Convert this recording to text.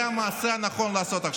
מעודכן.